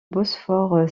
bosphore